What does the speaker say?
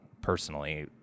personally